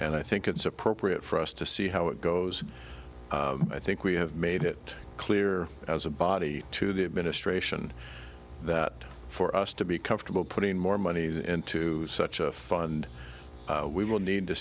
and i think it's appropriate for us to see how it goes i think we have made it clear as a body to the administration that for us to be comfortable putting more money that into such a fund we will need to